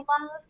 love